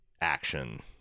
action